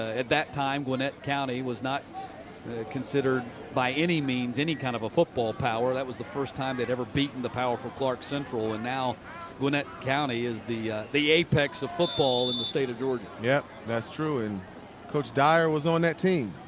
at that time gwinnett county was not considered by any means any kind after football power. that was the first time they'd ever beaten the powerful clark central and now gwinnett county is the the apex of football in the state of georgia. yep, that's true. and coach dyer was on that team,